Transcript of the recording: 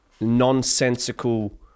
nonsensical